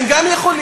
הם גם יכולים.